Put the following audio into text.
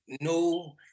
no